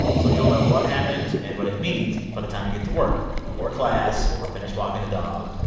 so you'll know what happened and what it means by the time you get to work or class or finish walking the dog.